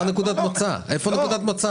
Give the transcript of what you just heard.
איפה נקודת המוצא פה?